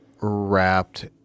wrapped